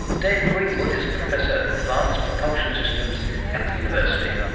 dave greenwood is professor of advanced propulsion systems at the university.